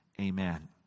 Amen